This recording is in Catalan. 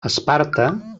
esparta